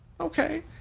okay